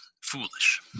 foolish